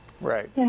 Right